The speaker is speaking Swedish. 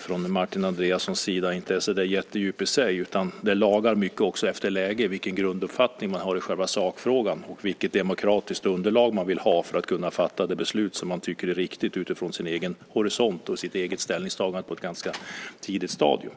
från Martin Andreassons sida inte är så där jättedjup i sig. Det lagar mycket också efter läge vilken grunduppfattning man har i själva sakfrågan och vilket demokratiskt underlag man vill ha för att fatta det beslut som man tycker är riktigt utifrån sin egen horisont och eget ställningstagande på ett tidigt stadium.